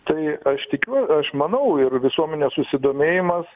tai aš tikiuo aš manau ir visuomenės susidomėjimas